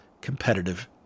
competitive